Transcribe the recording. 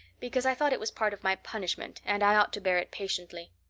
because i thought it was part of my punishment and i ought to bear it patiently.